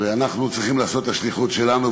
ואנחנו צריכים לעשות את השליחות שלנו.